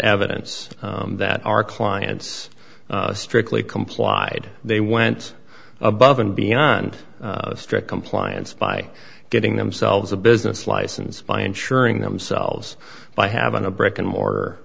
evidence that our clients strictly complied they went above and beyond strict compliance by getting themselves a business license by insuring themselves by having a brick and mortar